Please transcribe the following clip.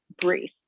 brief